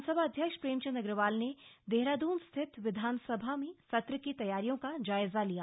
विधानसभा अध्यक्ष प्रेमचंद अग्रवाल ने देहरादून स्थित विधानसभा में सत्र की तैयारियों का जायजा लिया